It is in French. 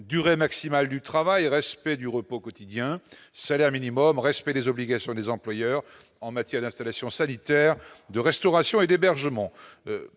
durée maximale du travail, respect du repos quotidien, salaire minimum respect des obligations des employeurs en matière d'installations sanitaires, de restauration et d'hébergement